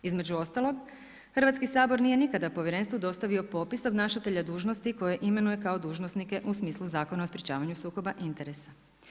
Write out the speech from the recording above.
Između ostalog, Hrvatski sabor nije nikada Povjerenstvu dostavio popis obnašatelja dužnosti koje imenuje kao dužnosnike u smislu Zakona o sprječavanju sukoba interesa.